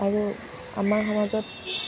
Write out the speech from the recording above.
আৰু আমাৰ সমাজত